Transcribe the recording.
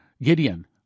Gideon